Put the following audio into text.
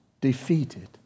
Defeated